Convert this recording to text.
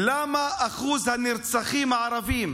למה אחוז הנרצחים הערבים